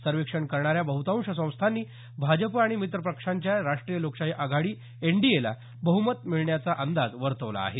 सर्वेक्षण करणाऱ्या बहतांश संस्थांनी भाजप आणि मित्रपक्षांच्या राष्ट्रीय लोकशाही आघाडी एनडीएला बहमत मिळण्याचा अंदाज वर्तवला आहे